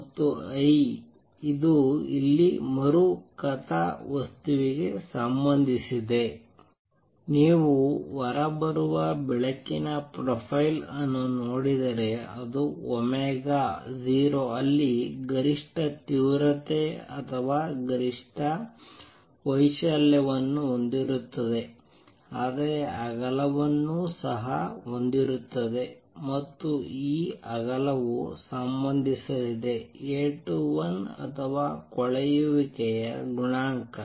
ಮತ್ತು I ಇದು ಇಲ್ಲಿ ಮರು ಕಥಾವಸ್ತುವಿಗೆ ಸಂಬಂಧಿಸಿದೆ ನೀವು ಹೊರಬರುವ ಬೆಳಕಿನ ಪ್ರೊಫೈಲ್ ಅನ್ನು ನೋಡಿದರೆ ಅದು ಒಮೆಗಾ 0 ಅಲ್ಲಿ ಗರಿಷ್ಠ ತೀವ್ರತೆ ಅಥವಾ ಗರಿಷ್ಠ ವೈಶಾಲ್ಯವನ್ನು ಹೊಂದಿರುತ್ತದೆ ಆದರೆ ಅಗಲವನ್ನೂ ಸಹ ಹೊಂದಿರುತ್ತದೆ ಮತ್ತು ಈ ಅಗಲವು ಸಂಬಂಧಿಸಲಿದೆ A21 ಅಥವಾ ಕೊಳೆಯುವಿಕೆಯ ಗುಣಾಂಕ